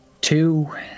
Two